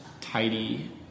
tidy